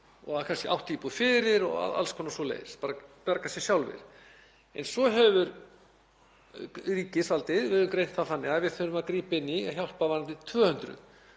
slíkt, kannski átt íbúð fyrir og alls konar svoleiðis, bara bjargað sér sjálfir. En svo hefur ríkisvaldið greint það þannig að við þurfum að grípa inn í og hjálpa varðandi 200